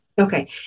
Okay